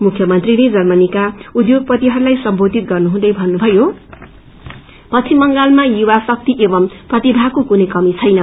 मुख्यमीले जर्मनीका उध्योगपतिहरूलाई सम्बोधित गर्नुहुँदै भन्नुभयो पश्चिम बंगालमा युवाशक्ति एवं प्रतिभाको कुनै कमी छैन